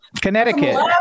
Connecticut